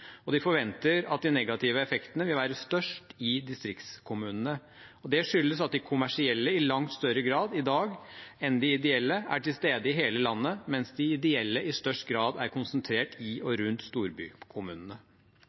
De forventer at de negative effektene vil være størst i distriktskommunene, og det skyldes at de kommersielle i langt større grad enn de ideelle i dag er til stede i hele landet, mens de ideelle i størst grad er konsentrert i